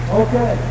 okay